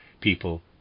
people